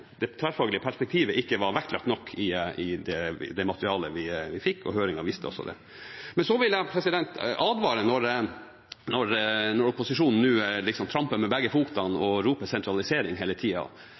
perspektivet ikke var vektlagt nok i det materialet vi fikk. Høringen viste også det. Så vil jeg advare når opposisjonen nå liksom tramper med begge føttene og roper sentralisering hele tida.